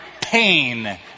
pain